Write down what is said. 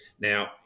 Now